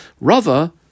Rava